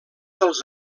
dels